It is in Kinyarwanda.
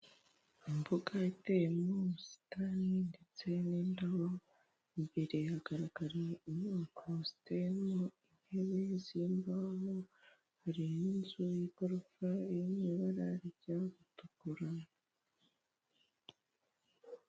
Imbuga iteyemo ubusitani ndetse n'indobo, imbere hagaragara inyubako ziteyemo intebe z'imbaho hari n'inzu y'igorofa iri ibara rijya gutukura.